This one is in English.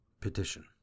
Petition